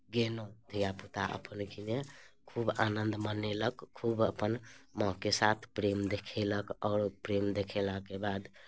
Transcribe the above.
गेलहुँ धियापुता अपने किने खूब आनन्द मनेलक खूब अपन माँके साथ प्रेम देखेलक आओर प्रेम देखेलाके बाद